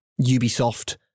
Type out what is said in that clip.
Ubisoft